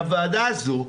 והוועדה הזו,